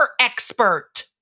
expert